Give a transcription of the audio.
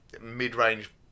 mid-range